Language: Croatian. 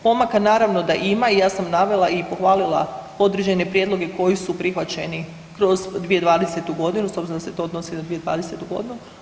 Pomaka naravno da ima i ja sam navela i pohvalila određene prijedloge koji su prihvaćeni kroz 2020.-tu godinu s obzirom da se to odnosi na 2020.-tu godinu.